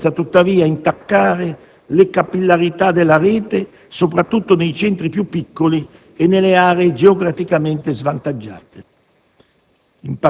senza, tuttavia, intaccare la capillarità della rete soprattutto nei centri più piccoli e nelle aree geograficamente svantaggiate.